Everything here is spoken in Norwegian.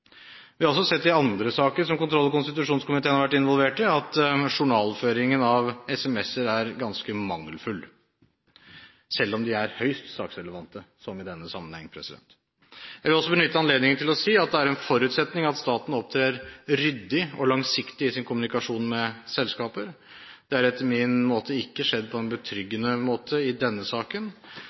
Vi har også sett i andre saker som kontroll- og konstitusjonskomiteen har vært involvert i, at journalføringen av SMS-er er ganske mangelfull – selv om de er høyst saksrelevante, som i denne sammenheng. Jeg vil også benytte anledningen til å si at det er en forutsetning at staten opptrer ryddig og langsiktig i sin kommunikasjon med selskaper. Det har etter min mening ikke skjedd på en betryggende måte i denne saken,